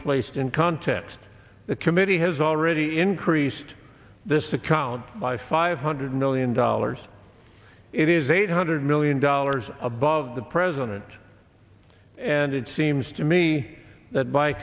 placed in context the committee has already increased this account by five hundred million dollars it is eight hundred million dollars above the president and it seems to me that by